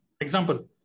Example